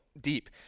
deep